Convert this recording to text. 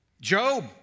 Job